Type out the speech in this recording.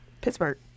Pittsburgh